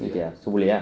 okay ah so boleh ah